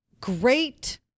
great